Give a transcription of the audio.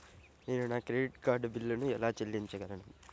నేను నా credit card బిల్లును ఎలా చెల్లించగలను?